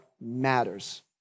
matters